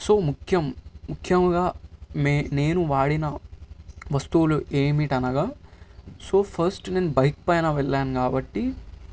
so ముఖ్యం ముఖ్యంగా నే నేను వాడిన వస్తువులు ఏమిటనగా సో ఫస్ట్ నేను బైక్ పైన వెళ్ళాను కాబట్టి